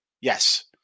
Yes